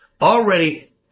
already